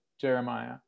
Jeremiah